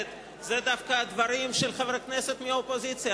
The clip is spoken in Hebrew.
זה דווקא דברים של חבר הכנסת מהאופוזיציה,